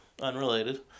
unrelated